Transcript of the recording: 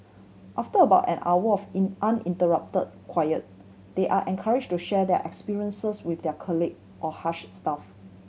after about an hour of in uninterrupted quiet they are encouraged to share their experiences with their colleague or Hush staff